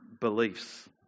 beliefs